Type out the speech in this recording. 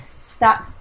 step